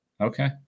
Okay